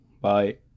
bye